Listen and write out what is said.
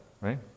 right